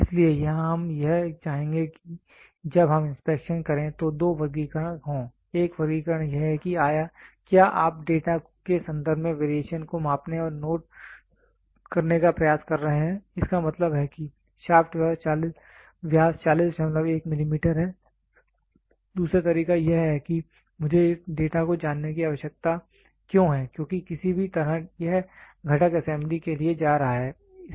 इसलिए यहां हम यह चाहेंगे कि जब हम इंस्पेक्शन करें तो दो वर्गीकरण हों एक वर्गीकरण यह है कि क्या आप डेटा के संदर्भ में वेरिएशन को मापने और नोट करने का प्रयास कर रहे हैं इसका मतलब है कि शाफ्ट व्यास 401 मिलीमीटर है दूसरा तरीका यह है कि मुझे इस डेटा को जानने की आवश्यकता क्यों है क्योंकि किसी भी तरह यह घटक असेंबली के लिए जा रहा है